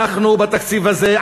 אנחנו בתקציב הזה,